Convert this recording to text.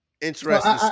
Interesting